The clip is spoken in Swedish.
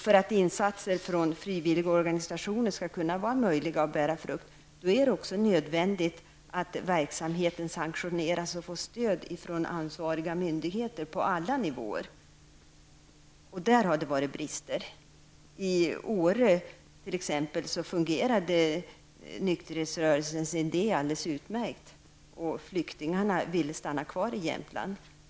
För att insatser från frivilligorganisationer skall vara möjliga och bära frukt, är det nödvändigt att verksamheten sanktioneras och får stöd från ansvariga myndigheter på alla nivåer, men där har det funnits brister. I Åre fungerande nykterhetsrörelsens idé alldeles utmärkt. Flyktingarna ville stanna kvar i Jämland.